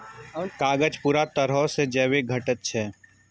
कागज पूरा तरहो से जैविक घटक छै